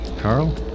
Carl